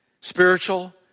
spiritual